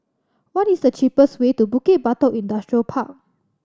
what is the cheapest way to Bukit Batok Industrial Park